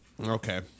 Okay